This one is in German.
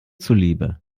zuliebe